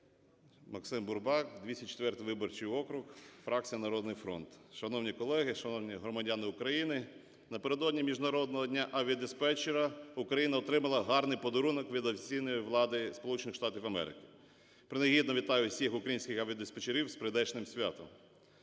МаксимБурбак, 204 виборчий округ, фракція "Народний фронт". Шановні колеги, шановні громадяни України! Напередодні Міжнародного дня авіадиспетчера Україна отримала гарний подарунок від офіційної влади Сполучених Штатів Америки. Принагідно вітаю всіх українських авіадиспетчерів з прийдешнім святом.